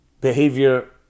behavior